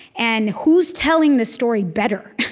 and who's telling the story better?